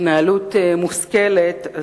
התנהלות מושכלת,